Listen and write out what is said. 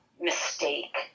mistake